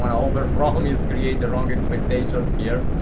want to overpromise, create the wrong expectations here,